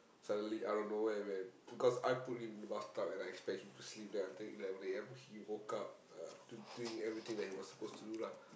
suddenly out of nowhere when because I put him in the bathtub and I expect him to sleep there until eleven A_M he woke up uh do doing everything that he was supposed to do lah